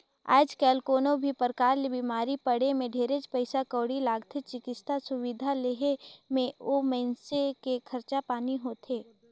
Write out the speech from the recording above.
आयज कायल कोनो भी परकार ले बिमारी पड़े मे ढेरेच पइसा कउड़ी लागथे, चिकित्सा सुबिधा लेहे मे ओ मइनसे के खरचा पानी होथे